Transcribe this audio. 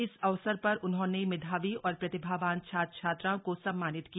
इस अवसर पर उन्होंने मेधावी और प्रतिभावान छात्र छात्राओं को सम्मानित किया